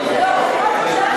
בבקשה,